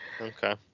Okay